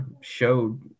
showed